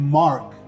mark